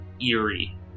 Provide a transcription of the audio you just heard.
eerie